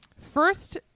First